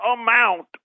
amount